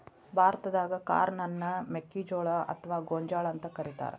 ಭಾರತಾದಾಗ ಕಾರ್ನ್ ಅನ್ನ ಮೆಕ್ಕಿಜೋಳ ಅತ್ವಾ ಗೋಂಜಾಳ ಅಂತ ಕರೇತಾರ